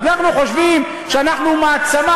אנחנו חושבים שאנחנו מעצמה.